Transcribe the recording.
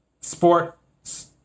Sports